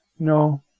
No